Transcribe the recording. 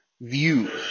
view